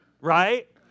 right